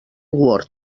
word